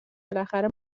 بالاخره